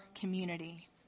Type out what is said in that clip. community